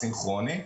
ואסינכרוני.